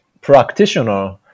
practitioner